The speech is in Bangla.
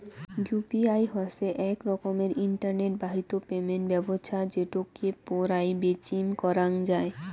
ইউ.পি.আই হসে আক রকমের ইন্টারনেট বাহিত পেমেন্ট ব্যবছস্থা যেটোকে পৌরাই বেচিম করাঙ যাই